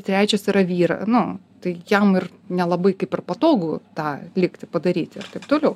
trečias yra vyra nu tai jam ir nelabai kaip ir patogu tą lyg tai padaryti ir taip toliau